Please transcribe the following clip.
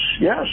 yes